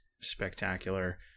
spectacular